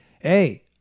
hey